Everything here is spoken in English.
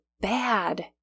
bad